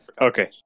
Okay